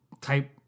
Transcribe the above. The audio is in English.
type